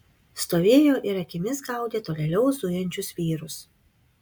stovėjo ir akimis gaudė tolėliau zujančius vyrus